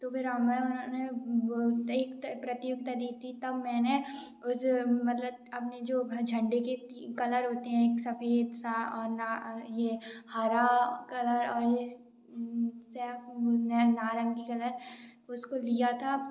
तो फिर हमे उन्होंने एक प्रतियोगिता दी थी तब मैंने उस मतलब अपने जो भ झंडे के कलर होते हैं एक सफेद सा ये हरा कलर और ये से आप नारंगी कलर उसको लिया था